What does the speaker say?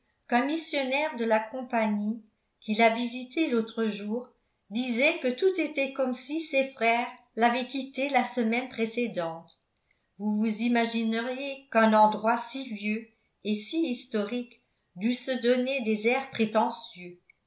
qu'un missionnaire de la compagnie qui l'a visitée l'autre jour disait que tout était comme si ses frères l'avaient quittée la semaine précédente vous vous imagineriez qu'un endroit si vieux et si historique dût se donner des airs prétentieux